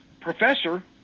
professor